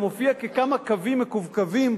אלא זה מופיע ככמה קווים מקווקווים,